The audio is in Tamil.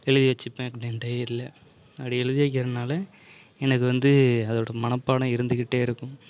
எழுதி வெச்சுப்பேன் என் டைரியில் அப்படி எழுதி வைக்கிறதுனால எனக்கு வந்து அதோடய மனப்பாடம் இருந்துக்கிட்டே இருக்கும்